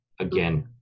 again